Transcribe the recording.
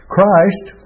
Christ